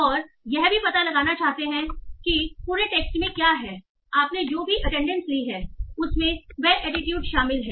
और आप यह भी पता लगाना चाह सकते हैं कि इस पूरे टेक्स्ट में क्या है आपने जो भी अटेंडेंस ली है उसमें वह एटीट्यूड शामिल है